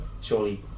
surely